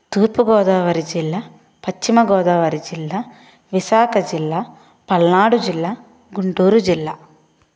తూర్పుగోదావరి జిల్లా పశ్చిమగోదావరి జిల్లా విశాఖ జిల్లా పల్నాడు జిల్లా గుంటూరు జిల్లా